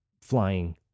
flying